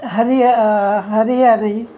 Hariya Haryanvi